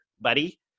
buddy